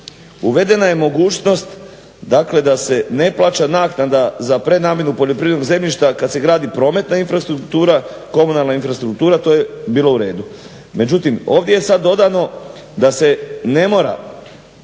uvedena je mogućnost, dakle da se ne plaća naknada za prenamjenu poljoprivrednog zemljišta kad se gradi prometna infrastruktura, komunalna infrastruktura. To je bilo u redu. Međutim, ovdje je sad dodano da se ne mora